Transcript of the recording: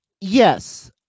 yes